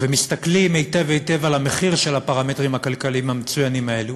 ומסתכלים היטב היטב על המחיר של הפרמטרים הכלכליים המצוינים הללו,